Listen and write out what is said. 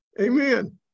Amen